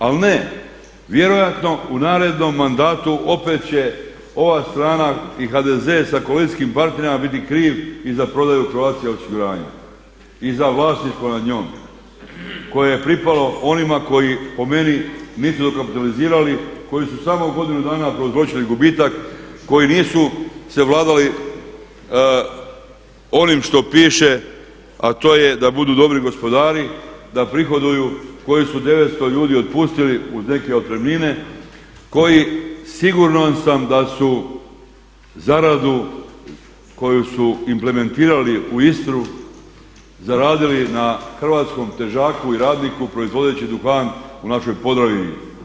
Ali ne, vjerojatno u narednom mandatu opet će ova strana i HDZ sa koalicijskih partnerima biti kriv i za prodaju Croatia osiguranja i za vlasništvo nad njom koje je pripalo onima koji po meni nit su dobro kapitalizirali, koji su samo u godinu dana prouzročili gubitak koji nisu se vladali onim što piše, a to je da budu dobri gospodari, da prihoduju, koji su 900 ljudi otpustili uz neke otpremnine, koji siguran sam da su zaradu koju su implementirali u Istru zaradili na hrvatskom težaku i radniku proizvodeći duhan u našoj Podravini.